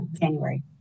January